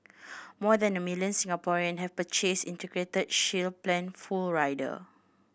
more than a million Singaporean have purchased Integrated Shield Plan full rider